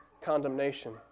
condemnation